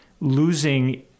losing